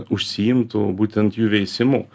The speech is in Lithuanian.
užsiimtų būtent jų veisimu